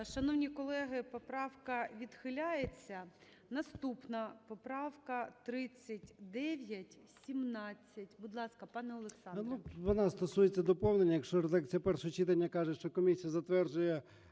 Шановні колеги, поправка відхиляється. Наступна поправка - 3917. Будь ласка, пане Олександре. 12:47:02 ЧЕРНЕНКО О.М. Вона стосується доповнення. Якщо редакція першого читання каже, що комісія затверджує